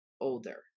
older